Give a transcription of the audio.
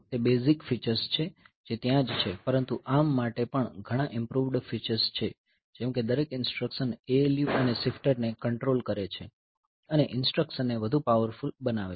તે basic features છે જે ત્યાં જ છે પરંતુ ARM માટે પણ ઘણા ઇમ્પૃવ્ડ ફીચર્સ છે જેમ કે દરેક ઇન્સટ્રકશન ALU અને શિફ્ટર ને કંટ્રોલ કરે છે અને ઇન્સટ્રકશનને વધુ પાવરફૂલ બનાવે છે